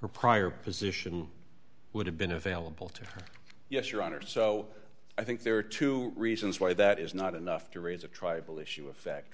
her prior position would have been available to her yes your honor so i think there are two reasons why that is not enough to raise a tribal issue of fact